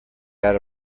out